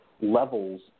levels